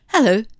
Hello